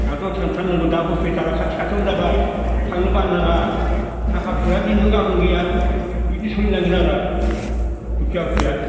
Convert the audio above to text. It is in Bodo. ड'क्टरनाव थांथारनांगौ दा हस्पिटाला खाथि खाथिआवनो जाबाय थांनो बानो नाङा थाखा फैसाया दिनै दं गाबोन गैया बिदिनो सोलि नांगोन आर' दुखिया बखिया